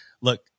Look